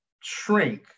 shrink